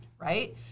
right